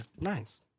Nice